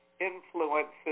influences